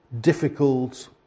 difficult